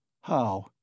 How